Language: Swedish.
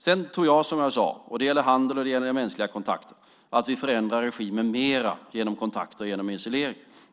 Sedan tror jag, som jag sade - det gäller handel, och det gäller mänskliga kontakter - att vi förändrar regimen mer genom kontakter än genom isolering.